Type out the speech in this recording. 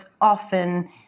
often